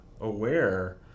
aware